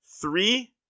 three